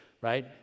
right